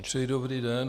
Přeji dobrý den.